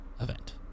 event